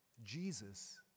Jesus